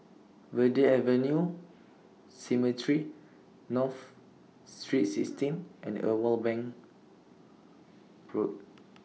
Verde Avenue Cemetry North Saint sixteen and Irwell Bank Road